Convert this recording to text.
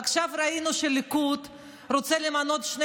עכשיו ראינו שהליכוד רוצה למנות שני